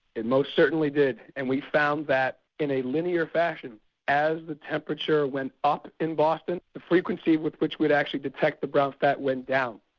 it most certainly did and we found that in a linear fashion as the temperature went up in boston the frequencies with which we'd actually detected the brown fat went down.